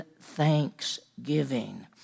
thanksgiving